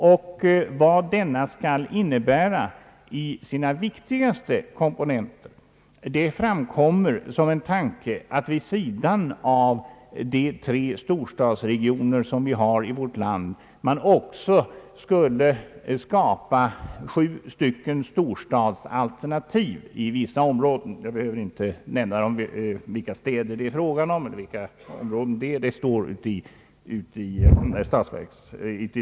En av de viktigaste komponenterna i den är att man vid sidan av de tre stora storstadsregionerna i vårt land också skulle skapa sju storstadsalternativ i vissa områden. Jag behöver inte nämna vilka städer eller områden det är fråga om.